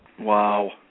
Wow